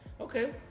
Okay